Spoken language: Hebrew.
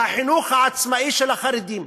החינוך העצמאי של החרדים,